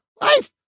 life